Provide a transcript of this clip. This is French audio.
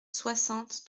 soixante